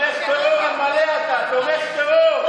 מילה אחת לא אמרת על הרצח.